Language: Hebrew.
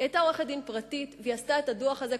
היא היתה עורכת-דין פרטית והיא עשתה את הדוח הזה.